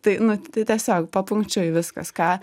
tai nu tai tiesiog papunkčiui viskas ką